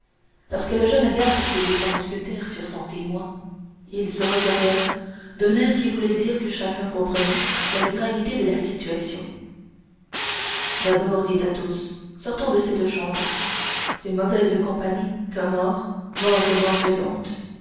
lorsque le jeune garde et les trois mousquetaires furent sans témoins ils se regardèrent d'un air qui voulait dire que chacun comprenait la gravité de la situation d'abord dit athos sortons de cette chambre c'est une mauvaise compagnie qu'un mort mort de mort violente